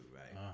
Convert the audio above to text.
right